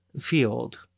field